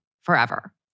forever